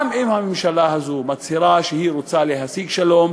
גם אם הממשלה הזאת מצהירה שהיא רוצה להשיג שלום,